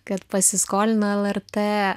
kad pasiskolino lrt